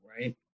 right